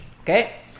okay